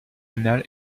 anale